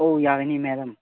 ꯑꯣ ꯌꯥꯒꯅꯤ ꯃꯦꯗꯥꯝ